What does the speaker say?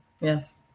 Yes